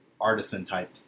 artisan-type